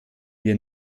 wir